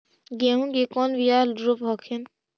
गेहूं के कौन बियाह रोप हखिन?